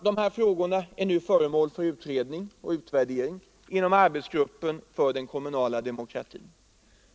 De här frågorna är nu föremål för övervägande och utvärdering inom utredningen om den kommunala demokratin.